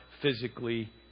physically